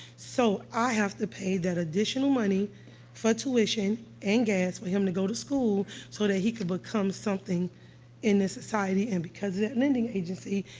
so, i have to pay that additional money for tuition and gas for him to go to school so that he can become something in this society, and because of that lending agency,